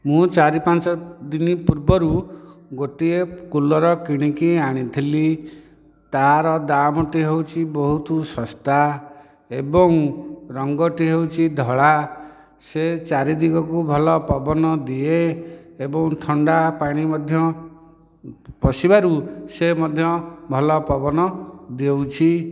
ମୁଁ ଚାରି ପାଞ୍ଚ ଦିନ ପୂର୍ବରୁ ଗୋଟିଏ କୁଲର୍ କିଣିକି ଆଣିଥିଲି ତାର ଦାମ୍ ଟି ହେଉଛି ବହୁତ ଶସ୍ତା ଏବଂ ରଙ୍ଗଟି ହେଉଛି ଧଳା ସେ ଚାରି ଦିଗକୁ ଭଲ ପବନ ଦିଏ ଏବଂ ଥଣ୍ଡା ପାଣି ମଧ୍ୟ ପଶିବାରୁ ସେ ମଧ୍ୟ ଭଲ ପବନ ଦେଉଛି